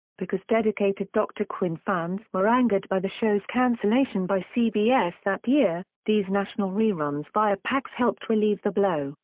because dedicated dr. quinn fans were angered by the show's cancellation by cbs that year, these national reruns via pax helped relieve the blow,